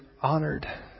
honored